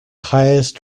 highest